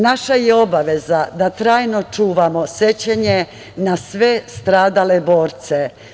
Naša je obaveza da trajno čuvamo sećanje na sve stradale borce.